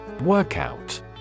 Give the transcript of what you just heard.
Workout